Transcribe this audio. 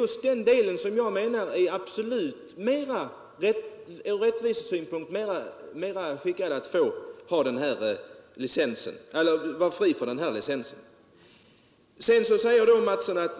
Just den delen menar jag ur rättvisesynpunkt bör befrias från den här licensavgiften. Herr Mattsson i Lane-Herrestad sade att